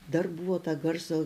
dar buvo ta garso